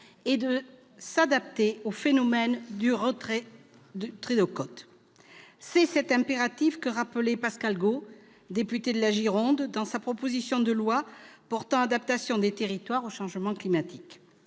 et de s'adapter au phénomène de recul du trait de côte ». C'est cet impératif que rappelait Pascale Got, députée de la Gironde, dans sa proposition de loi portant adaptation des territoires littoraux au changement climatique.